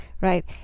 right